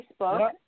Facebook